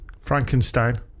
Frankenstein